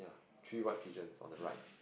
three what pigeons on the right